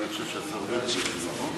אני חושב שהשר בנט משיב,